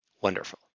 Wonderful